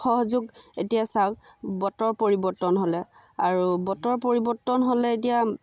সহযোগ এতিয়া চাওক বতৰ পৰিৱৰ্তন হ'লে আৰু বতৰ পৰিৱৰ্তন হ'লে এতিয়া